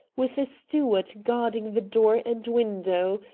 with a steward guarding the door and window.